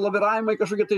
laviravimai kažkokie tai